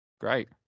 Great